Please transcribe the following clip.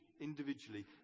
individually